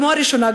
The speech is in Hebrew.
כמו הראשונה,